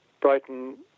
Brighton